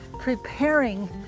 preparing